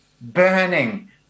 burning